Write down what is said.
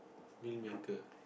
will maker